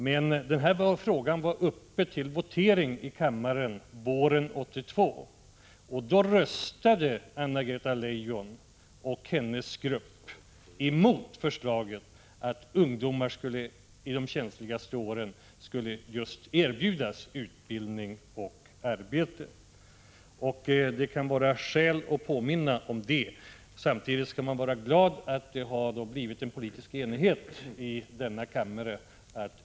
I den här frågan motionerade centern nämligen våren 1982, och då röstade Anna-Greta Leijon och ”hennes grupp” mot vårt förslag om att ungdomar i sina känsligaste år skulle erbjudas just utbildning och arbete och inte bidrag. Det kan finnas skäl att påminna om den saken. Samtidigt skall vi vara glada över att en politisk enighet kunnat uppnås i denna kammare.